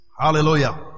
hallelujah